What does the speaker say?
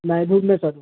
ନାଇଁ ଭୁବନେଶ୍ୱରରୁ